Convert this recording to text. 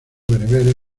bereberes